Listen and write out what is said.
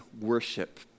worship